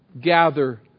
gather